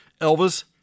Elvis